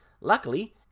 Luckily